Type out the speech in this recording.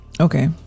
okay